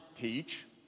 teach